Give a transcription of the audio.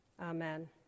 Amen